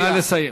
נא לסיים.